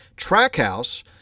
Trackhouse